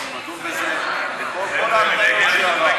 נדון בזה, החוק הזה הוא פריבילגיה של חברי